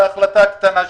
בהחלטה קטנה שלהם,